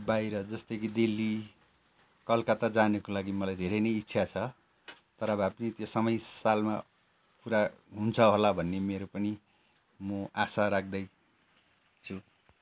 बाहिर जस्तो कि दिल्ली कलकत्ता जानुको लागि मलाई धेरै नै इच्छा छ तर भए पनि त्यो समय सालमा पुरा हुन्छ होला भन्ने मेरो पनि म आशा राख्दैछु